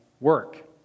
work